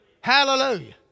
Hallelujah